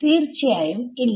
തീർച്ചയായും ഇല്ല